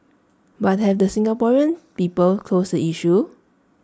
but have the Singaporean people closed the issue